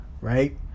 right